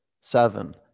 seven